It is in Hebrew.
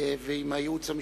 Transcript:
ועם הייעוץ המשפטי.